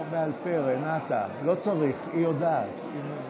או להוציא חברי כנסת או להושיב אותם במקומם.